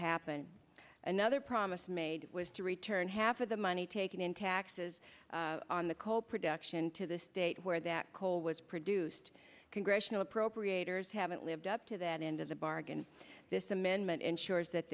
happen another promise made was to return half of the money taken in taxes on the coal production to the state where that coal was produced congressional appropriators haven't lived up to that end of the bargain this amendment ensures that